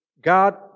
God